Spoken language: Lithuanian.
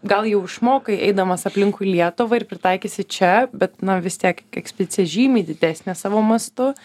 gal jau išmokai eidamas aplinkui lietuvą ir pritaikysi čia bet na vis tiek ekspedicija žymiai didesnė savo mastu